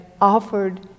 offered